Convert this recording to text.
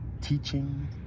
teaching